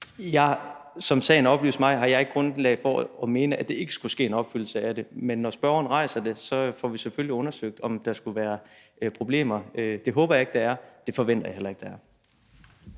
Som sagen er oplyst mig, har jeg ikke grundlag for at mene, at der ikke skulle ske en opfyldelse af det. Men når spørgeren rejser det, får vi selvfølgelig undersøgt, om der skulle være problemer. Det håber jeg ikke der er, det forventer jeg heller ikke der er.